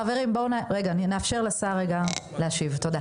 חברים, בואו רגע נאפשר לשר להשיב, תודה.